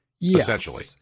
Essentially